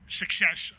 success